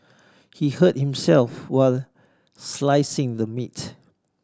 he hurt himself while slicing the meat